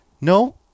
No